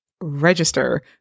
register